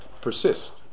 persist